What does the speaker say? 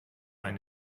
ein